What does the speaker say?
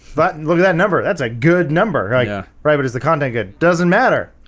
but and look at that number that's a good number right yeah, right, but is the content good doesn't matter,